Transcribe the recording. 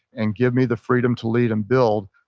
and give me the freedom to lead and build,